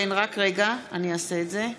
בעד